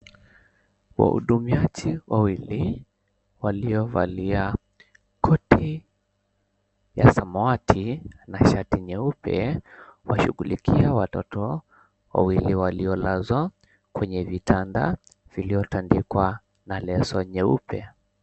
Wahudumiaji wawili waliovalia koti ya samawati na shati nyeupe, washughulikia watoto wawili waliolazwa kwenye vitanda viliotandikwa na leso nyeupe.